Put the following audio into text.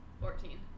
Fourteen